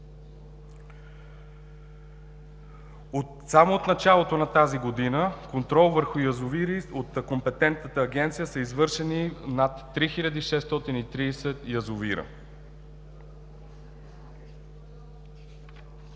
Само от началото на тази година, контрол върху язовири от компетентната агенция са извършени на над 3630 язовира.